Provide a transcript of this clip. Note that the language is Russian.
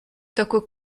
такой